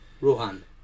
Rohan